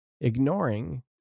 ignoring